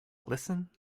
listen